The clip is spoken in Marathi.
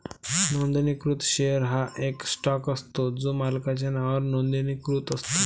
नोंदणीकृत शेअर हा एक स्टॉक असतो जो मालकाच्या नावावर नोंदणीकृत असतो